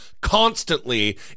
constantly